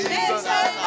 Jesus